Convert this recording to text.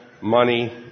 money